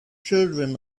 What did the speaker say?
children